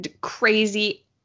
crazy